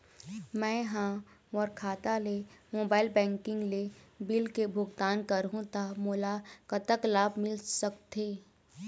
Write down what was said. मैं हा मोर खाता ले मोबाइल बैंकिंग ले बिल के भुगतान करहूं ता मोला कतक लाभ मिल सका थे?